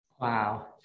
Wow